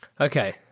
Okay